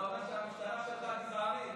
אתה אומר שהמשטרה שלך גזענית.